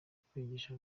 kwigisha